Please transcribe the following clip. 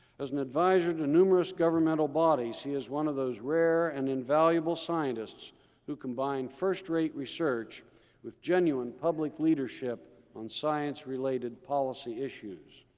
as an advisor to numerous governmental bodies, he is one of those rare and invaluable scientists who combine first rate research with genuine public leadership on science-related policy issues.